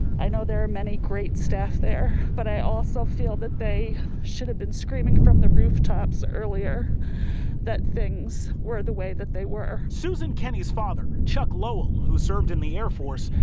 i know there are many great staff there, but i also feel that they should have been screaming from the rooftops earlier that things were the way that they were susan kenney's father, chuck lowell, who served in the air force,